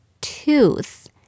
tooth